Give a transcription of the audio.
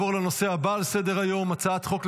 [רשומות (הצעות חוק,